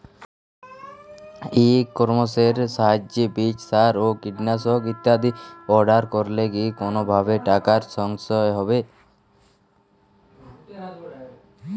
ই কমার্সের সাহায্যে বীজ সার ও কীটনাশক ইত্যাদি অর্ডার করলে কি কোনোভাবে টাকার সাশ্রয় হবে?